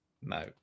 No